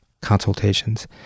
consultations